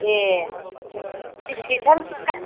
ए बिस लिथारसो